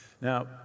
Now